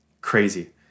crazy